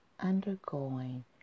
undergoing